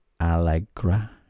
Allegra